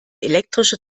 elektrische